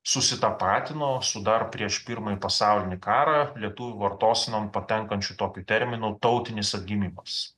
susitapatino su dar prieš pirmąjį pasaulinį karą lietuvių vartosenon patenkančiu tokiu terminu tautinis atgimimas